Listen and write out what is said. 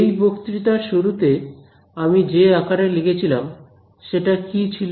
এই বক্তৃতার শুরুতে আমি যে আকারে দেখেছিলাম সেটা কি ছিল